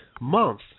month